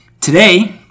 Today